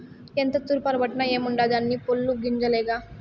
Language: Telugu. ఎంత తూర్పారబట్టిన ఏముండాది అన్నీ పొల్లు గింజలేగా